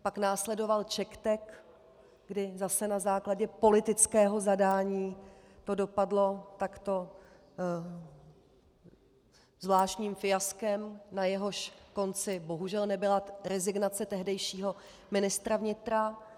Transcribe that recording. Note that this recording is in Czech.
Pak následoval CzechTek, kdy zase na základě politického zadání to dopadlo takto zvláštním fiaskem, na jehož konci bohužel nebyla rezignace tehdejšího ministra vnitra.